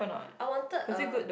I wanted a